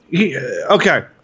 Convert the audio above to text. okay